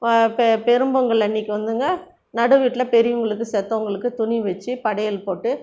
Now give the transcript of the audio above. பெரும்பொங்கல் அன்றைக்கி வந்துங்க நடு வீட்டில் பெரியவர்களுக்கு செத்தவங்களுக்கு துணி வைச்சு படையல் போட்டு